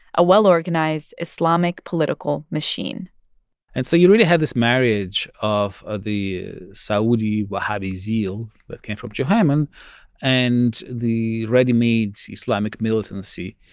a well-organized islamic political machine and so you really had this marriage of ah the saudi wahhabi zeal that came from juhayman and the ready-made so islamic militancy